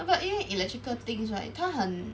err but 因为 electrical things right 他很